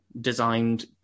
designed